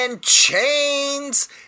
chains